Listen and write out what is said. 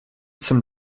some